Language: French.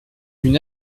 une